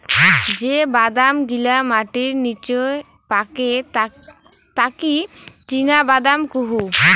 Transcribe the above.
যে বাদাম গিলা মাটির নিচে পাকে তাকি চীনাবাদাম কুহু